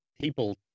People